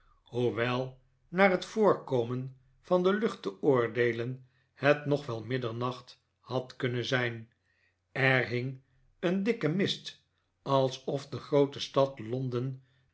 hoewel naar het voorkomen van de lucht te oordeelen het nog wel middernacht had kunnen zijn er hing een dikke mist alsof de groote stad londen